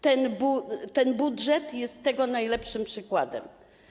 Ten budżet jest tego najlepszym przykładem.